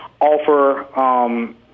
offer